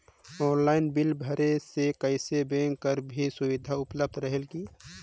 Online bill भरे से कइसे बैंक कर भी सुविधा उपलब्ध रेहेल की?